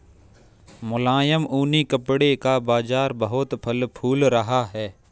मुलायम ऊनी कपड़े का बाजार बहुत फल फूल रहा है